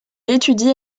étudie